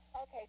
Okay